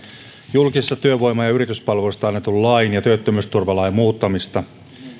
julkisesta työvoima ja yrityspalvelusta annetun lain ja työttömyysturvalain muuttamista